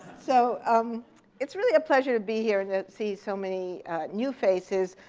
so um it's really a pleasure to be here and see so many new faces.